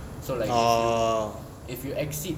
so like err if you exit